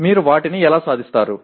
మీరు వాటిని ఎలా సాధిస్తారు